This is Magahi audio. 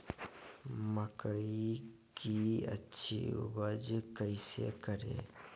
मकई की अच्छी उपज कैसे करे?